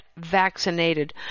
vaccinated